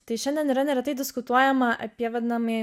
tai šiandien yra neretai diskutuojama apie vadinamąjį